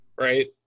right